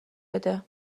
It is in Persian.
بده